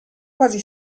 quasi